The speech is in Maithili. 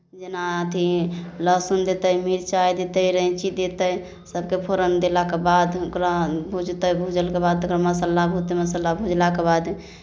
जेना अथि लहसुन देतै मिर्चाइ देतै रैँची देतै सभके फोरन देलाके बाद ओकरा भुजतै भूजलके बाद तखन मसाला भुजतै मसाला भुजलाके बाद